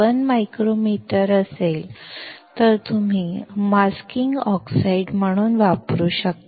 1 micrometer असेल तर तुम्ही मास्किंग ऑक्साईडम्हणून वापरू शकता